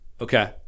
Okay